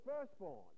firstborn